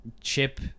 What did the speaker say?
Chip